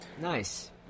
Nice